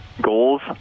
goals